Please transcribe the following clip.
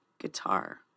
guitar